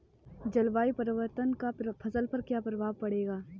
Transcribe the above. जलवायु परिवर्तन का फसल पर क्या प्रभाव पड़ेगा?